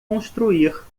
construir